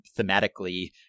thematically